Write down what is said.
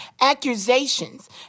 accusations